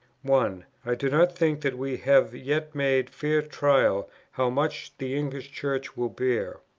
one. i do not think that we have yet made fair trial how much the english church will bear.